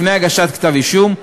לפני הגשת כתב-אישום,